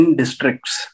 districts